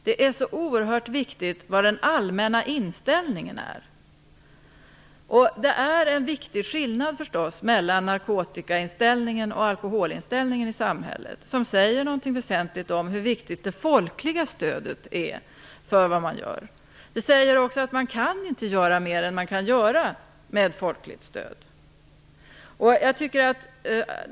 Det är så oerhört viktigt hur den allmänna inställningen är. Det är naturligtvis skillnad mellan inställningen till narkotika och inställningen till alkohol i samhället. Det säger en del om hur viktigt det folkliga stödet är. Man kan inte göra mer än vad det folkliga stödet ger uttryck för.